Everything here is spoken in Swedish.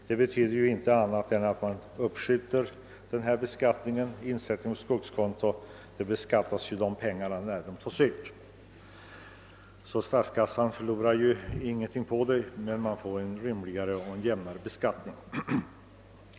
Det betyder inte annat än att beskattningen uppskjuts. Vid insättning på skogskonto beskattas ju pengarna när de tas ut. Statskassan förlorar ingenting på saken, men man får en rimligare och jämnare beskattning.